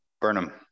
burnham